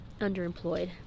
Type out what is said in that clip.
underemployed